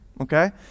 okay